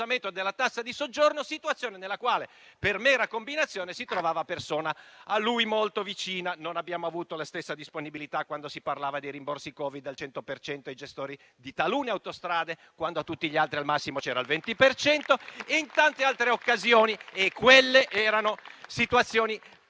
della tassa di soggiorno, situazione nella quale - per mera combinazione - si trovava una persona a lui molto vicina. Non abbiamo avuto la stessa disponibilità quando si parlava dei rimborsi Covid del 100 per cento ai gestori di talune autostrade, quando per tutti gli altri al massimo c'era il 20 per cento e in tante altre occasioni. Quelle erano situazioni